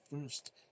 first